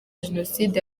jenoside